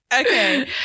Okay